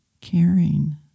caring